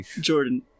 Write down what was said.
Jordan